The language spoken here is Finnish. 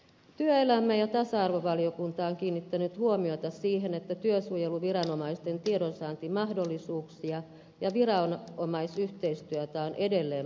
työelämä ja tasa arvovaliokunta on kiinnittänyt huomiota siihen että työsuojeluviranomaisten tiedonsaantimahdollisuuksia ja viranomais yhteistyötä on edelleen parannettava